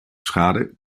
schade